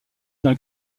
dans